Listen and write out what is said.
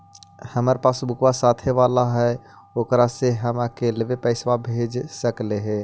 हमार पासबुकवा साथे वाला है ओकरा से हम अकेले पैसावा भेज सकलेहा?